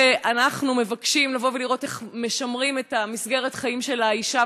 ואנחנו מבקשים לראות איך משמרים את מסגרת החיים של האישה,